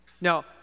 Now